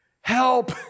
Help